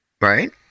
right